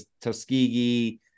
Tuskegee